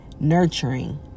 nurturing